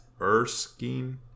Erskine